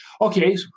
Okay